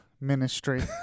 ministry